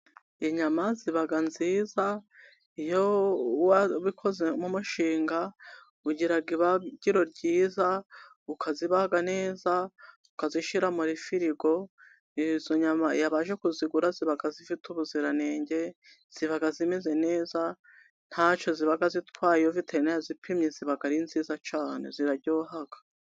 Inyama ziba nziza iyo wabikoze nk'umushinga, ugira ibagiro ryiza ukazibaga neza, ukazishyira muri firigo. Izo nyama abaje kuzigura ziba zifite ubuziranenge, ziba zimeze neza, ntacyo ziba zitwaye. Iyo veterineri yazipimye ziba ari nziza cyane, ziraryoha.